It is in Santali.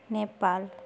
ᱱᱮᱯᱟᱞ